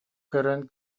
көрөн